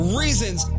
reasons